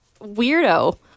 Weirdo